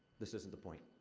this isn't the point.